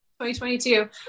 2022